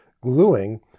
gluing